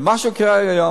ומה שקורה היום,